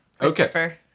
Okay